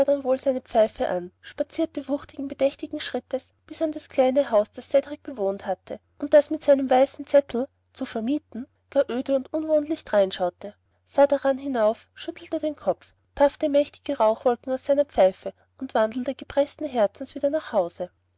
seine pfeife an und spazierte wuchtigen bedächtigen schrittes bis an das kleine haus das cedrik bewohnt hatte und das mit seinem weißen zettel zu vermieten gar öde und unwohnlich dreinschaute sah dran hinauf schüttelte den kopf paffte mächtige rauchwolken aus seiner pfeife und wandelte gepreßten herzens wieder nach hause